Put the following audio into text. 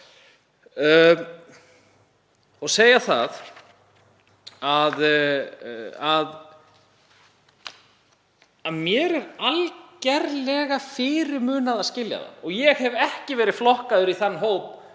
í hina áttina. Mér er algerlega fyrirmunað að skilja þetta. Ég hef ekki verið flokkaður í þann hóp